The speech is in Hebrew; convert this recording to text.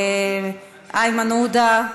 איימן עודה,